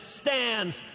stands